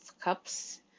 cups